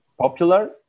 popular